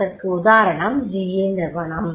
அதற்கு உதாரணம GE நிறுவனம்